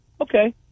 okay